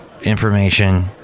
Information